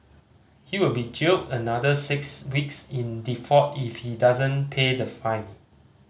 he will be jailed another six weeks in default if he doesn't pay the fine